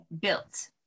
built